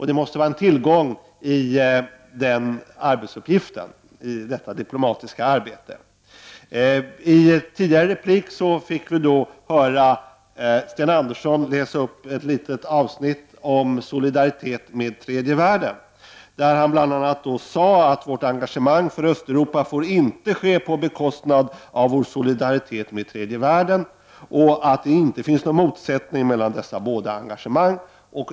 Det måste vara en tillgång i dessa diplomatiska arbetsuppgifter. I tidigare replik fick vi höra Sten Andersson läsa upp ett litet avsnitt om solidaritet med tredje världen, där han bl.a. sade att vårt engagemang för Östeuropa inte får ske på bekostnad av vår solidaritet med tredje världen och att det inte finns någon motsättning mellan dessa båda engagemang.